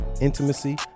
intimacy